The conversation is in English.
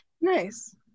Nice